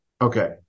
Okay